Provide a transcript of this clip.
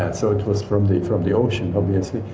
and so it was from the from the ocean obviously,